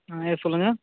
ஆ yes சொல்லுங்கள்